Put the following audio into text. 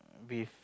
with